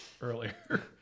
earlier